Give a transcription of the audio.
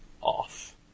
off